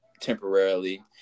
temporarily